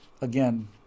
Again